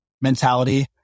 mentality